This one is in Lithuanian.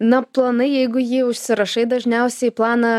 na planai jeigu jį užsirašai dažniausiai planą